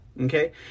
Okay